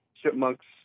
Chipmunks